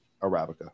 arabica